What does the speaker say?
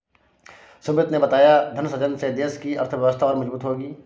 सुमित ने बताया धन सृजन से देश की अर्थव्यवस्था और मजबूत होगी